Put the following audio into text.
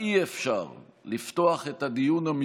אם